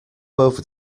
over